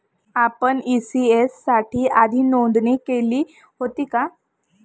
आपण इ.सी.एस साठी आधी नोंद केले होते का?